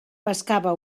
pescava